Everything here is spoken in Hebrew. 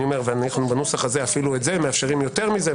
ובנוסח הזה אנו מאפשרים יותר מזה,